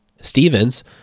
Stevens